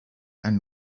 and